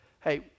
Hey